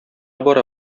бара